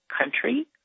country